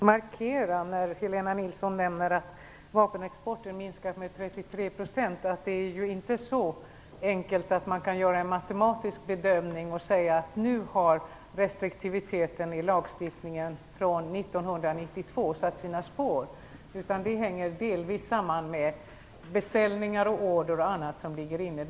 Herr talman! Helena Nilsson nämnde att vapenexporten har minskat med 33 %. Jag vill då bara markera att det inte är så enkelt som att man kan göra en matematisk bedömning och säga att restriktiviteten i lagstiftningen från 1992 nu har satt sina spår. Det hänger delvis samman med inneliggande beställningar, order och annat.